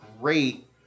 great